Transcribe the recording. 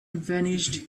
vanished